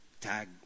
Tag